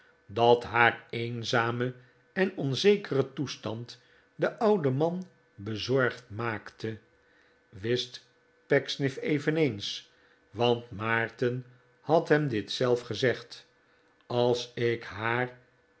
dat haar eenzame en onzekere toestand den ouden man bezorgd maakte wist pecksniff eveneens want maarten had hem dit zelf gezegd als ik haar